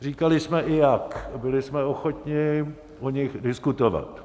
Říkali jsme i jak a byli jsme ochotni o nich diskutovat.